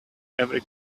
every